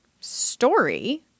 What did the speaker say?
story